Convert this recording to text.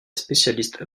spécialiste